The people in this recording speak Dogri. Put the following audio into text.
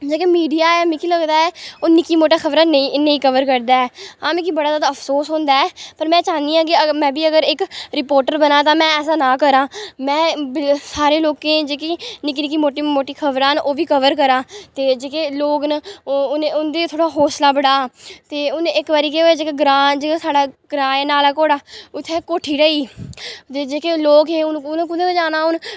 जि'यां कि मीडिया ऐ मिगी लगदा ऐ कि ओह् नि'क्की मुट्टी खबर ऐ ओह् नेईं कवर करदा ऐ आं मिगी बड़ा जादा अफसोस होंदा ऐ पर में चाह्न्नीं आं कि में बी अगर इक रिपोर्टर बनांऽ ते में ऐसा ना करांऽ में सारे लोकें जेह्की नि'क्की नि'क्की मुट्टी मुट्टी खबरां न ओह् बी कवर करांऽ ते जेह्के लोग न ओह् उ'नें उं'दे थोह्ड़ा हौसला बढ़ा ते हून इक बारी केह् होया ग्रांऽ च गै साढ़ा ग्रांऽ ऐ नाला कोड़ा उ'त्थें कोठी ढेही ते जेह्के लोग हे उ'न्न उ'नें कु'त्थें जाना हून